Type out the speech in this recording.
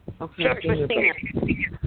Okay